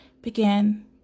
began